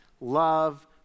love